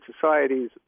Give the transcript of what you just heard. societies